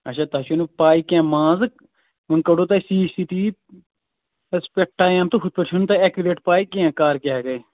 اَچھا تۄہہِ چھُو نہٕ پےَ کیٚنٛہہ مان ژٕ وۅنۍ کَڈو تُہۍ C C T V suspect time تہٕ ہُتھٕ پٲٹھۍ چھَو نہٕ تۅہہِ اٮ۪کوریٹ پَے کیٚنٛہہ کَر کیٛاہ گٔے